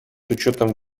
учетом